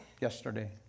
yesterday